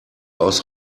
aus